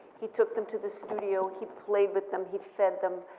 he took them to the studio, he played with them, he fed them,